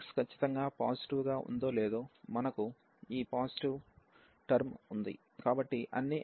x ఖచ్చితంగా positive గా ఉందో లేదో మనకు ఈ పాజిటివ్ టర్మ్ ఉంది